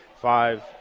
Five